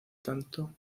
tanto